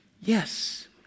yes